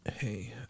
Hey